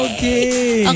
Okay